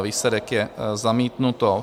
Výsledek je: zamítnuto.